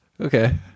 Okay